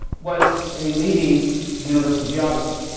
was a leading universal geographer.